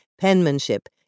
Penmanship